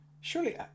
Surely